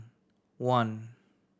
one